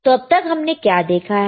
तो अब तक हमने क्या देखा है